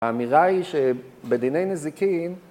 האמירה היא שבדיני נזיקין